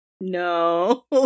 No